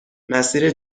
مسیر